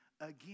again